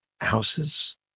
houses